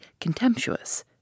contemptuous